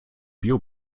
bio